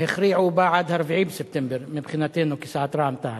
הכריעו בעד 4 בספטמבר מבחינתנו כסיעת רע"ם-תע"ל: